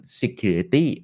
security